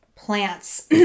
Plants